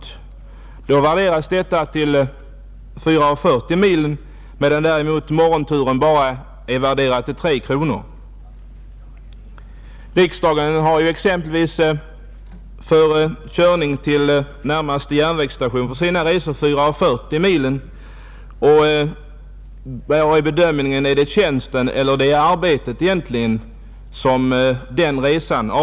I det senare fallet värderas kostnaderna till kronor 4:40 per mil, medan däremot morgonturen bara värderas till 3 kronor. Riksdagen räknar exempelvis för körning till närmaste järnvägsstation med 4:40 per mil. Avser det resa i tjänsten eller till arbetet?